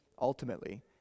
ultimately